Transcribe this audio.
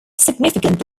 significant